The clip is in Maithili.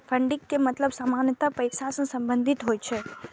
फंडिंग के मतलब सामान्यतः पैसा सं संबंधित होइ छै